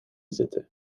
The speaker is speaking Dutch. zitten